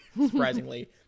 surprisingly